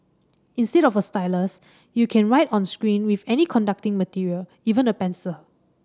instead of a stylus you can write on screen with any conducting material even a pencil